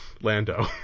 lando